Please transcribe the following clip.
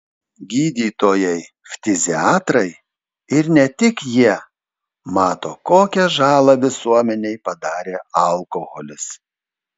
gydytojai ftiziatrai ir ne tik jie mato kokią žalą visuomenei padarė alkoholis